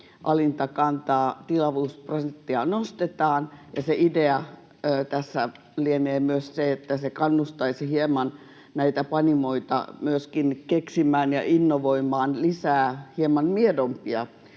alinta kantaa, tilavuusprosenttia nostetaan, ja se idea tässä lienee myös se, että se kannustaisi hieman näitä panimoita myöskin keksimään ja innovoimaan lisää hieman miedompia